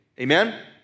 Amen